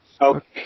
Okay